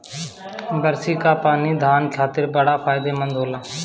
बारिस कअ पानी धान खातिर बड़ा फायदेमंद होला